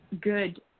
good